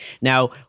Now